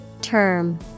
Term